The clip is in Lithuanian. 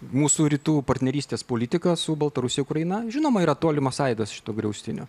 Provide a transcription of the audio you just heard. mūsų rytų partnerystės politika su baltarusija ukraina žinoma yra tolimas aidas šito griaustinio